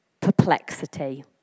perplexity